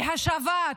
להשבת,